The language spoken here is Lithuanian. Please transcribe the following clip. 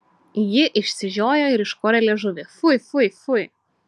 ji išsižiojo ir iškorė liežuvį fui fui fui